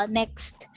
next